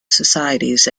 societies